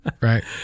Right